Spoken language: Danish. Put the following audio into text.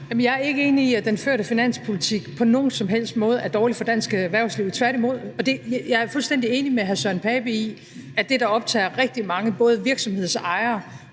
Jeg er ikke enig i, at den førte finanspolitik på nogen som helst måde er dårlig for dansk erhvervsliv – tværtimod. Jeg er fuldstændig enig med hr. Søren Pape i, at det, der optager rigtig mange, både virksomhedsejere